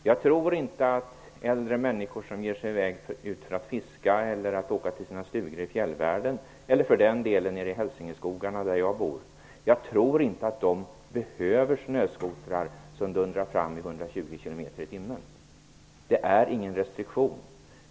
Jag tror inte att äldre människor som ger sig i väg ut för att fiska, som åker till sina stugor i fjällvärlden eller i hälsingeskogarna, där jag bor, behöver snöskotrar som dundrar fram i 120 kilometer i timmen. Det är ingen restriktion.